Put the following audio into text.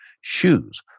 shoes